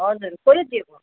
हजुर कसले दिएको